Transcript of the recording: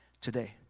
today